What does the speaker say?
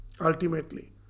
ultimately